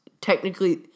technically